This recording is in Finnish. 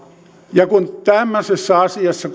kun tämmöisessä asiassa